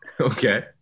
Okay